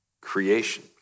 creation